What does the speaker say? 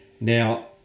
Now